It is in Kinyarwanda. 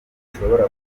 ushobora